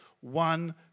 one